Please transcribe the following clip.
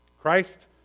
Christ